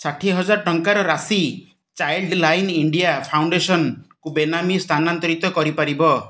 ଷାଠିଏ ହଜାରେ ଟଙ୍କାର ରାଶି ଚାଇଲ୍ଡ୍ଲାଇନ୍ ଇଣ୍ଡିଆ ଫାଉଣ୍ଡେସନ୍କୁ ବେନାମୀ ସ୍ଥାନାନ୍ତରିତ କରିପାରିବ